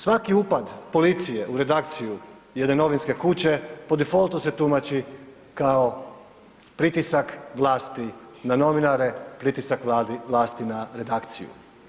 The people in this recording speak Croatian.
Svaki upad policije u redakciju jedne novinske kuće po defaultu se tumači kao pritisak vlasti na novinare, pritisak vlasti na redakciju.